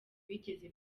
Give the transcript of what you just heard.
bigeze